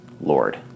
Lord